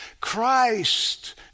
Christ